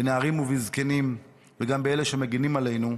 בנערים ובזקנים וגם באלה שמגינים עלינו,